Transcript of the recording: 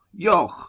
Yoch